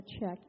check